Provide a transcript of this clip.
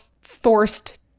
forced